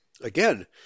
Again